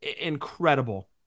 incredible